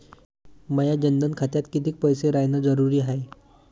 माया जनधन खात्यात कितीक पैसे रायन जरुरी हाय?